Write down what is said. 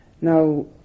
Now